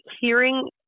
hearing